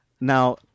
now